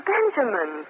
Benjamin